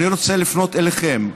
אני רוצה לפנות אליכם,